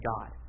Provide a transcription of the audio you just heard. God